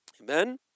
Amen